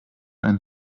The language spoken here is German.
einen